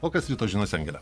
o kas ryto žinose angele